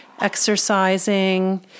exercising